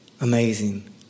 Amazing